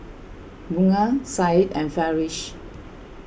Bunga Syed and Farish